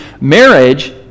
marriage